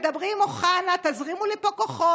תדברי עם אוחנה, תזרימו לפה כוחות.